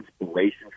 inspiration